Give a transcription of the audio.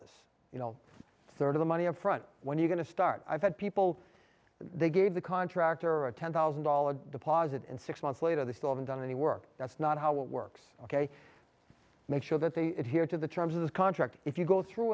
this you know sort of the money up front when you're going to start i've had people they gave the contractor a ten thousand dollars deposit and six months later they still haven't done any work that's not how it works ok make sure that they had here to the terms of this contract if you go through